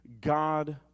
God